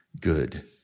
good